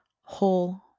whole